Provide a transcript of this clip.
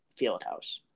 Fieldhouse